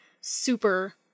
super